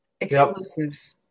Exclusives